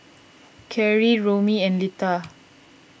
Kerry Romie and Litha